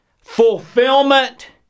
fulfillment